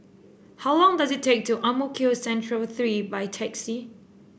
how long does it take to Ang Mo Kio Central Three by taxi